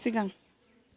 सिगां